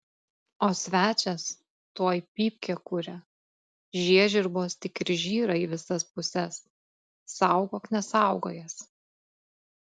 o svečias tuoj pypkę kuria žiežirbos tik ir žyra į visas puses saugok nesaugojęs